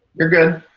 you're good.